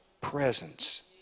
presence